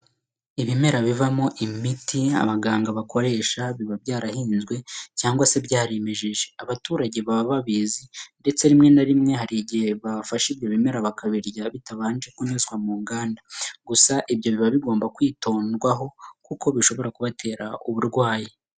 Ibimera bivamo imiti abaganga bakoresha biba byarahinzwe cyangwa se byarimejeje. Abaturage baba babizi ndetse rimwe na rimwe hari igihe babafasha ibyo bimera bakabirya bitabanje kunyuzwa mu nganda, gusa ibyo biba bigomba kwitodwaho kuko bishobora kubatera uburwayi.